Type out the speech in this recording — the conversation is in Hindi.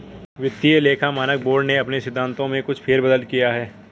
वित्तीय लेखा मानक बोर्ड ने अपने सिद्धांतों में कुछ फेर बदल किया है